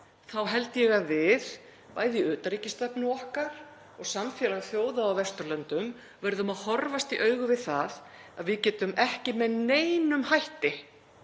þá held ég að við, bæði í utanríkisstefnu okkar og samfélög þjóða á Vesturlöndum, verðum að horfast í augu við það að við getum ekki með neinum hætti